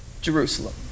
Jerusalem